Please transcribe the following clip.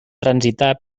transitar